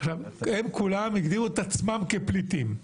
הם כולם הגדירו את עצמם כפליטים.